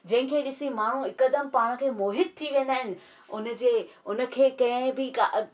जंहिंखे ॾिसी माण्हू हिकदमि पाण खे मोहित थी वेंदा आहिनि उन जे हुन खे कंहिं बि